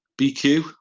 BQ